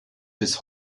bis